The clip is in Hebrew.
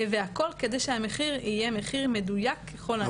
והכל כדי שהמחיר יהיה מחיר מדויק ככל הניתן.